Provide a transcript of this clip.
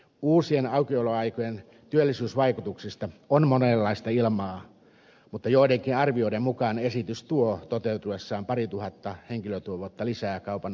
uusien aukioloaikojen työllisyysvaikutuksista on monenlaista ilmaa mutta joidenkin arvioiden mukaan esitys tuo toteutuessaan parituhatta henkilötyövuotta lisää kaupan alalle